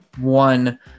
one